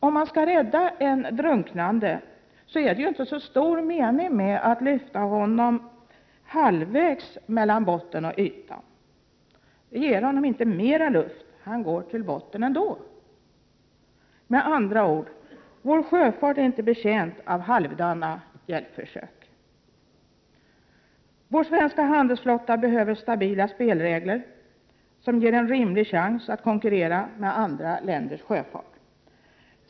Om man skall rädda en drunknande är det ju inte så stor mening med att lyfta honom halvvägs från botten upp mot ytan. Det ger honom inte mer luft, han går till botten ändå. Med andra ord: vår sjöfart är inte betjänt av halvdana hjälpförsök. Vår svenska handelsflotta behöver stabila spelregler, som ger den en rimlig chans att konkurrera med andra länders sjöfart.